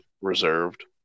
reserved